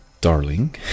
darling